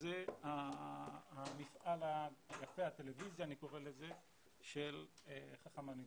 זה הטלוויזיה של חכם אניג'ר.